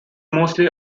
mostly